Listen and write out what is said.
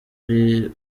karere